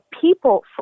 people